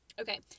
Okay